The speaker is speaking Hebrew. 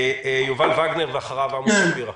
יובל וגנר, בבקשה.